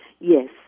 yes